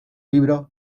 libros